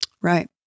Right